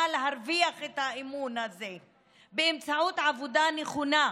להרוויח את האמון הזה באמצעות עבודה נכונה,